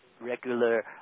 regular